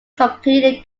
completely